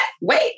Wait